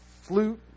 flute